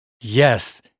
Yes